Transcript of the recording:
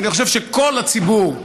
אני חושב שכל הציבור,